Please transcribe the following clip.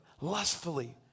lustfully